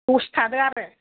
दसे थादो आरो